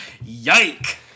Yike